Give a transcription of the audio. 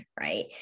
Right